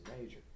major